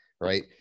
right